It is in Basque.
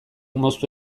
moztu